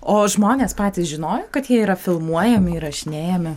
o žmonės patys žinojo kad jie yra filmuojami įrašinėjami